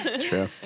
True